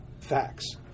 facts